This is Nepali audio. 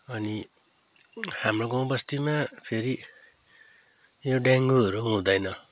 अनि हाम्रो गाउँ बस्तीमा फेरि यो डेङ्गुहरू हुँदैन